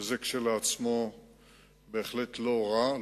וזה כשלעצמו לא רע,